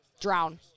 drown